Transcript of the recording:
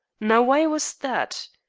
now, why was that?